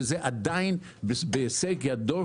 שזה עדיין בהישג ידו.